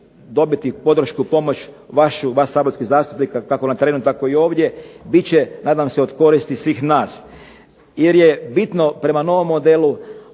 dobiti podršku, pomoć vašu, vas saborskih zastupnika kako na terenu tako i ovdje, bit će nadam se od koristi svih nas. Jer je bitno prema novom modelu